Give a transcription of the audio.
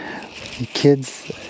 kids